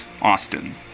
Austin